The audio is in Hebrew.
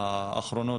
האחרונות,